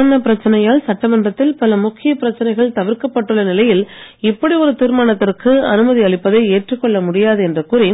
corona பிரச்சனையால் சட்டமன்றத்தில் பல முக்கிய பிரச்சனைகள் தவிர்க்கப்பட்டுள்ள நிலையில் இப்படி ஒரு தீர்மானத்திற்கு அனுமதி அளிப்பதை ஏற்றுக் கொள்ள முடியாது என்று கூறி